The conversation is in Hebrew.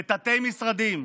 לתתי-משרדים,